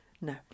no